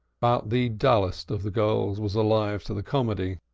but the dullest of the girls was alive to the comedy,